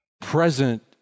present